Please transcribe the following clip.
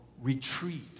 retreat